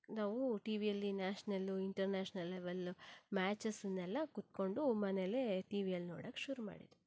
ನಾವು ಟಿ ವಿಯಲ್ಲಿ ನ್ಯಾಷನಲ್ ಇಂಟರ್ನ್ಯಾಷನಲ್ ಲೆವೆಲ್ ಮ್ಯಾಚಸನ್ನೆಲ್ಲ ಕುತ್ಕೊಂಡು ಮನೆಯಲ್ಲೇ ಟಿ ವಿಯಲ್ಲಿ ನೋಡೋಕ್ಕೆ ಶುರು ಮಾಡಿದ್ದು